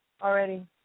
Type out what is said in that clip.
already